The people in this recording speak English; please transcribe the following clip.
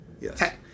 yes